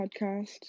podcast